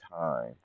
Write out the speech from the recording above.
time